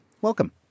Welcome